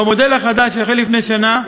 במודל החדש, שהחל לפני שנה,